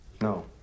No